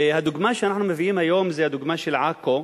הדוגמה שאנחנו מביאים היום היא הדוגמה של עכו,